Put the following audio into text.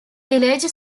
village